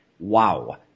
Wow